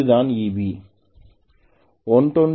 இதுதான் Eb